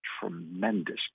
tremendous